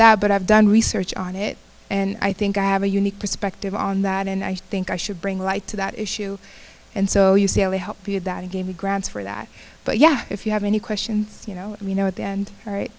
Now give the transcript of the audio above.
that but i've done research on it and i think i have a unique perspective on that and i think i should bring light to that issue and so you say only help you that gave me grounds for that but yeah if you have any questions you know you know at the end